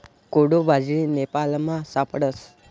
कोडो बाजरी नेपालमा सापडस